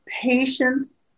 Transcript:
patience